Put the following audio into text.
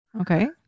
Okay